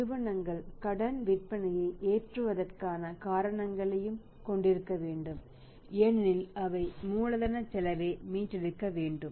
நிறுவனங்கள் கடன் விற்பனையை ஏற்றுவதற்கான காரணங்களையும் கொண்டிருக்க வேண்டும் ஏனெனில் அவை மூலதன செலவை மீட்டெடுக்க வேண்டும்